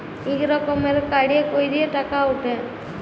ইক রকমের কাড়ে ক্যইরে টাকা উঠে